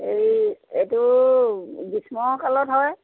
এই এইটো গ্ৰীষ্মকালত হয়